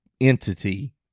entity